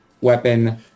Weapon